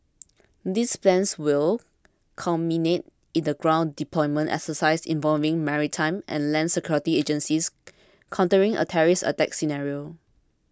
this plan will culminate in a ground deployment exercise involving maritime and land security agencies countering a terrorist attack scenario